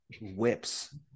whips